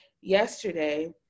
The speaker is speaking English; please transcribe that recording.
yesterday